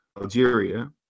Algeria